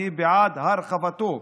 אני בעד הרחבתו.